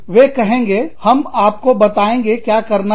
वे कहेंगे हम आपको बताएंगे क्या करना है